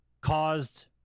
caused